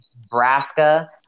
Nebraska